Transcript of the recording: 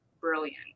brilliant